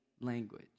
language